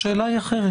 השאלה היא אחרת.